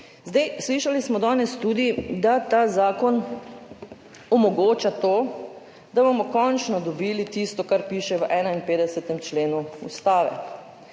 Slišali smo danes tudi, da ta zakon omogoča to, da bomo končno dobili tisto, kar piše v 51. členu Ustave,